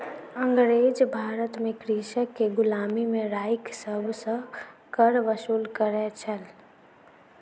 अँगरेज भारत में कृषक के गुलामी में राइख सभ सॅ कर वसूल करै छल